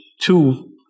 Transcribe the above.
two